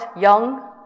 young